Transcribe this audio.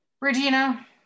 Regina